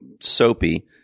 soapy